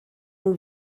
nhw